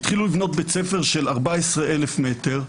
התחילו לבנות בית ספר של 14,000 מטר,